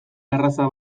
arraza